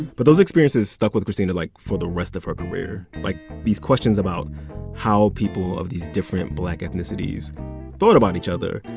but those experiences stuck with christina, like, for the rest of her career like, these questions about how people of these different black ethnicities thought about each other,